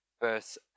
verse